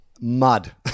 Mud